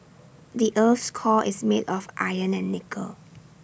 the Earth's core is made of iron and nickel